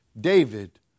David